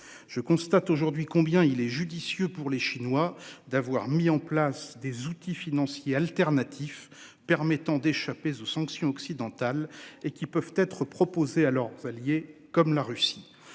Je constate aujourd'hui combien il est judicieux pour les Chinois d'avoir mis en place des outils financiers alternatifs permettant d'échapper aux sanctions occidentales et qui peuvent être proposées à leurs alliés comme la Russie.